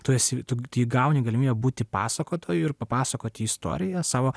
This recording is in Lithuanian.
tu esi tu gauni galimybę būti pasakotoju ir papasakoti istoriją savo